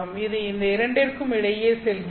இது இந்த இரண்டிற்கும் இடையில் செல்கிறது